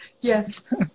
Yes